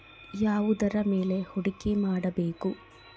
ಯಾವುದರ ಮೇಲೆ ಹೂಡಿಕೆ ಮಾಡಬೇಕು?